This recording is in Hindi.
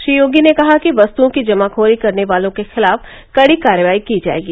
श्री योगी ने कहा कि वस्तुओं की जमाखोरी करने वालों के खिलाफ कड़ी कार्रवाई की जाएगी